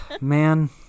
man